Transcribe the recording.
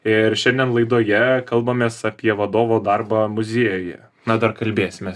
ir šiandien laidoje kalbamės apie vadovo darbą muziejuje na dar kalbėsimės